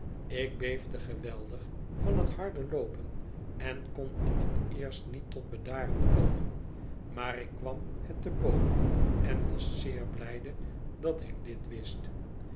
ik beefde geweldig van het harde loopen en kon in het eerst niet tot bedaren komen maar ik kwam het te boven en was zeer blijde dat ik dit wist